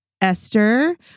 Esther